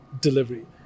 delivery